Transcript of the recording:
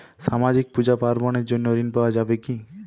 সামাজিক পূজা পার্বণ এর জন্য ঋণ পাওয়া যাবে কি?